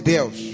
Deus